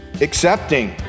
accepting